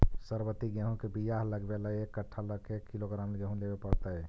सरबति गेहूँ के बियाह लगबे ल एक कट्ठा ल के किलोग्राम गेहूं लेबे पड़तै?